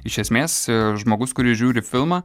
iš esmės žmogus kuris žiūri filmą